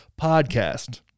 podcast